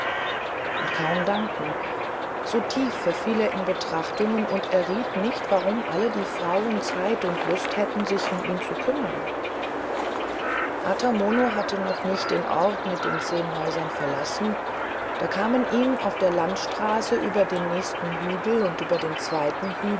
und kaum danken so tief verfiel er in betrachtungen und erriet nicht warum alle die frauen zeit und lust hätten sich um ihn zu kümmern ata mono hatte noch nicht den ort mit den zehn häusern verlassen da kamen ihm auf der landstraße über den nächsten hügel und über den zweiten